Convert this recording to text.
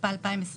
התשפ"ב 2021